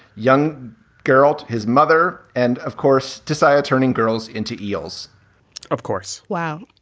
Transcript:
young girl, his mother and of course desire turning girls into eels of course. wow.